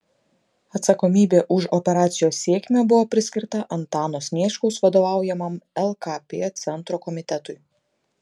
atsakomybė už operacijos sėkmę buvo priskirta antano sniečkaus vadovaujamam lkp centro komitetui